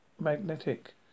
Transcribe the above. magnetic